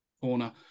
corner